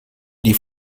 die